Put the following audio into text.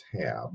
tab